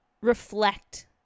reflect